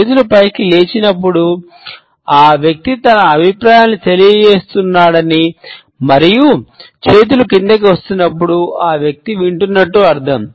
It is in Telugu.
చేతులు పైకి లేచినప్పుడు ఆ వ్యక్తి తన అభిప్రాయాలను తెలియజేస్తున్నాడని మరియు చేతులు కిందకు వస్తున్నప్పుడు ఆ వ్యక్తి వింటున్నట్లు అర్థం